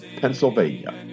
Pennsylvania